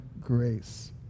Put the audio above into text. grace